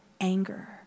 anger